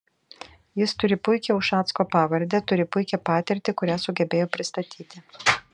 jis turi puikią ušacko pavardę turi puikią patirtį kurią sugebėjo pristatyti